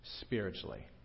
spiritually